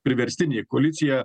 priverstinė koalicija